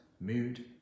mood